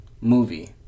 movie